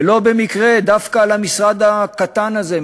ולא במקרה דווקא על המשרד הקטן הזה,